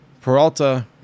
Peralta